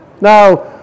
Now